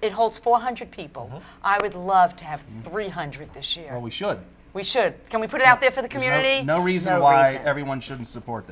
it holds four hundred people i would love to have three hundred this year and we should we should we put it out there for the community no reason why everyone should support